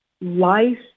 life